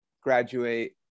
Graduate